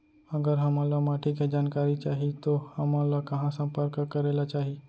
अगर हमन ला माटी के जानकारी चाही तो हमन ला कहाँ संपर्क करे ला चाही?